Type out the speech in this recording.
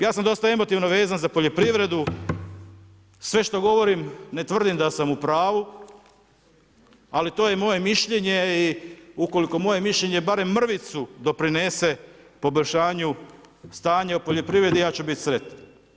Ja sam dosta emotivno vezan za poljoprivredu, sve što govorim ne tvrdim da sam u pravu, ali to je moje mišljenje i ukoliko moje mišljenje barem mrvicu doprinese poboljšanju stanja u poljoprivredi, ja ću bit sretan.